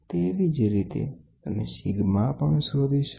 તેવી જ રીતે તમે સિગ્મા પણ શોધી શકો